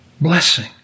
Blessing